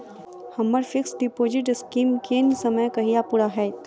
हम्मर fix deposit scheme केँ समय कहिया पूरा हैत?